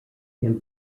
and